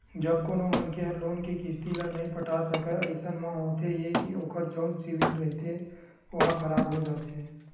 जब कोनो मनखे ह लोन के किस्ती ल नइ पटा सकय अइसन म होथे ये के ओखर जउन सिविल रिहिथे ओहा खराब हो जाथे